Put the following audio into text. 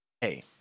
Hey